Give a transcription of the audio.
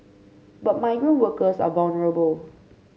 but migrant workers are vulnerable